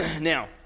now